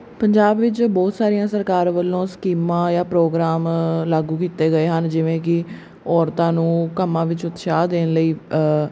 ਪੰਜਾਬ ਵਿੱਚ ਬਹੁਤ ਸਾਰੀਆਂ ਸਰਕਾਰ ਵੱਲੋਂ ਸਕੀਮਾਂ ਜਾਂ ਪ੍ਰੋਗਰਾਮ ਲਾਗੂ ਕੀਤੇ ਗਏ ਹਨ ਜਿਵੇਂ ਕਿ ਔਰਤਾਂ ਨੂੰ ਕੰਮਾਂ ਵਿੱਚ ਉਤਸ਼ਾਹ ਦੇਣ ਲਈ